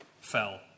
fell